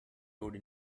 rode